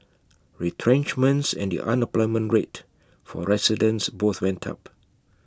retrenchments and the unemployment rate for residents both went up